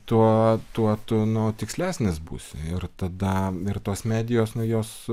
tuo tuo tu nu tikslesnis būsi ir tada ir tos medijos nu jos